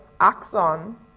axon